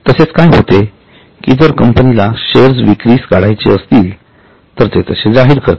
तसेच काय होते कि जरकंपनीला शेअर्स विक्रीस काढायचे असतील तर ते तसे जाहीर करतात